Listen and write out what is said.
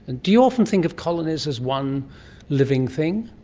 and do you often think of colonies as one living thing?